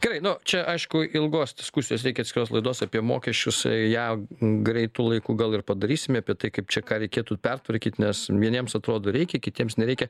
gerai nu čia aišku ilgos diskusijos reikia atskiros laidos apie mokesčius ją greitu laiku gal ir padarysime apie tai kaip čia ką reikėtų pertvarkyt nes vieniems atrodo reikia kitiems nereikia